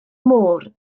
môr